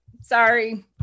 Sorry